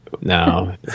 No